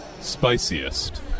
spiciest